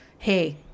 hey